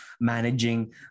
managing